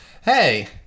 hey